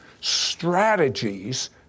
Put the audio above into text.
strategies